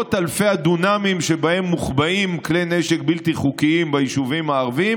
במאות אלפי הדונמים שבהם מוחבאים כלי נשק בלתי חוקיים ביישובים הערביים,